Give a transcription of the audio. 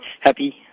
Happy